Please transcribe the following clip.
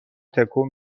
تکون